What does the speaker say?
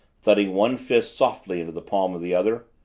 thudding one fist softly in the palm of the other.